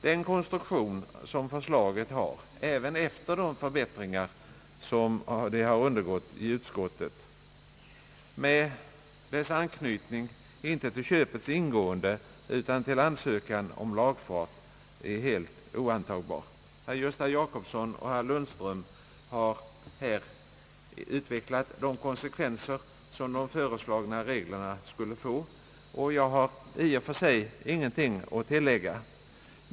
Den konstruktion förslaget har även efter de förbättringar det undergått i utskottet, med anknytningen inte till köpets ingående utan till ansökan om lagfart, är helt oantagbar — herr Gösta Jacobsson och herr Lundström har utvecklat konsekvenserna av de föreslagna reglerna, och jag har i och för sig ingenting att tillägga.